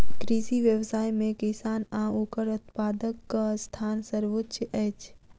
कृषि व्यवसाय मे किसान आ ओकर उत्पादकक स्थान सर्वोच्य अछि